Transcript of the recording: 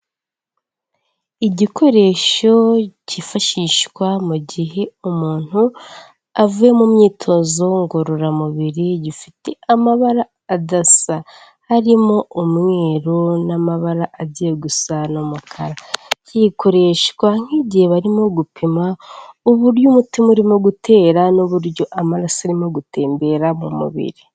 Igikoresho cyifashishwa mu gihe umuntu avuye mu myitozo ngororamubiri, gifite amabara adasa, harimo umweru n'amabara agiye gusa n'umukara, gikoreshwa nk'igihe barimo gupima uburyo umutima urimo gutera, n'uburyo amaraso arimo gutembera mu mubiri.